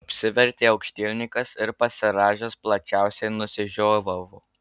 apsivertė aukštielninkas ir pasirąžęs plačiausiai nusižiovavo